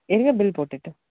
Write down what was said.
இருங்க பில் போட்டுவிட்டு